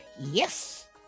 Yes